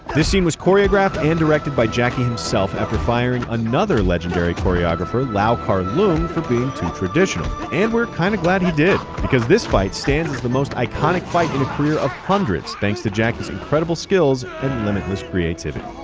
this scene was choreographed and directed by jackie himself, after firing another legendary choreographer lau kar-leung, for being too traditional. and we're kinda kind of glad he did, because this fight stands as the most iconic fight in the career of hundreds, thanks to jackie's incredible skills and limitless creativity.